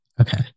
Okay